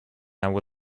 our